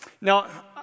Now